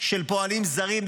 של פועלים זרים.